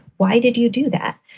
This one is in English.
why did you do that?